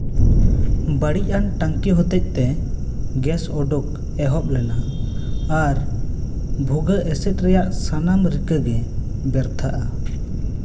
ᱵᱟᱹᱲᱤᱡᱟᱱ ᱴᱟᱝᱠᱤ ᱦᱚᱛᱮᱛᱮ ᱜᱮᱥ ᱩᱰᱩ ᱮᱦᱚᱵᱽ ᱞᱮᱱᱟ ᱟᱨ ᱵᱷᱩᱜᱟᱹᱜ ᱮᱥᱮᱫ ᱨᱮᱭᱟᱜ ᱥᱟᱱᱟᱢ ᱨᱤᱠᱟᱹᱜᱮ ᱵᱮᱨᱛᱷᱟᱜᱼᱟ